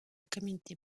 communauté